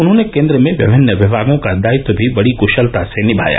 उन्होंने केन्द्र में विभिन्न विभागों का दायित्व भी बड़ी कुशलता से निभाया